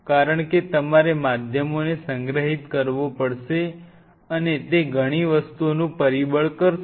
કારણ કે તમારે માધ્યમોને સંગ્રહિત કરવો પડશે અને તે ઘણી વસ્તુઓનું પરિબળ કરશે